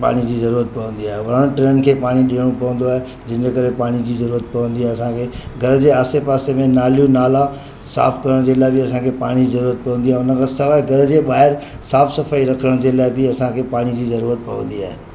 पाणी जी ज़रूरत पवंदी आहे वण टिणनि खे पाणी ॾियणो पवंदो आहे जंहिंजे करे पाणी जी ज़रूरत पवंदी आहे असांखे घर जे आसे पासे में नालियूं नाला साफ़ु करण जे लाइ बि असांखे पाणी जी ज़रूरत पवंदी आ हुन खां सवाइ घर जे ॿाहिरि साफ़ु सफ़ाई रखण जे लाइ बि असांखे पाणी जी ज़रूरत पवंदी आहे